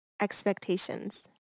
Expectations